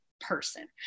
person